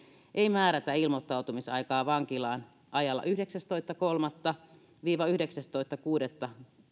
ei määrätä ilmoittautumisaikaa vankilaan ajalla yhdeksästoista kolmatta viiva yhdeksästoista kuudetta